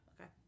Okay